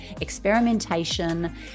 experimentation